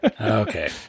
Okay